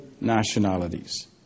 nationalities